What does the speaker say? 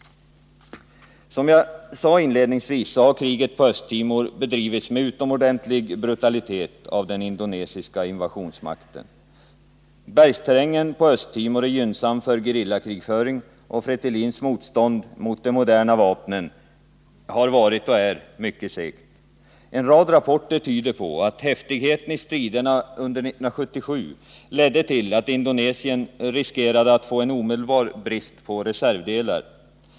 Som jag sade inledningsvis har kriget på Östtimor bedrivits med utomordentlig brutalitet av den indonesiska invasionsmakten. Bergsterrängen är gynnsam för gerillakrigföring, och FRETILIN:s motstånd mot de moderna vapnen har varit och är mycket segt. En rad rapporter tyder på att häftigheten i striderna under 1977 ledde till att Indonesien riskerade att få en omedelbar brist på reservdelar.